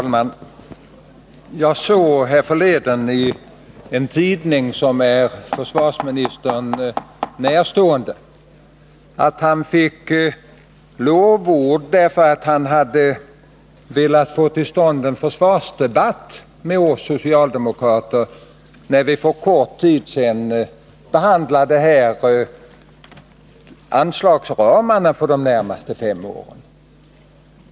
Fru talman! Jag såg härförleden i en försvarsministern närstående tidning att han fick lovord därför att han hade velat få till stånd en försvarsdebatt med oss socialdemokrater när vi för kort tid sedan behandlade anslagsramarna för de närmaste fem åren.